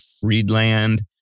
Friedland